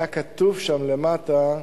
היה כתוב שם למטה: